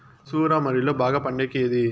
మసూర వరిలో బాగా పండేకి ఏది?